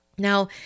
Now